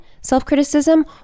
self-criticism